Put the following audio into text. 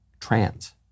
trans